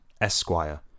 Esquire